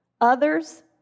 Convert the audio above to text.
Others